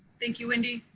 thank you, wendy.